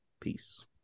Peace